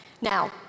Now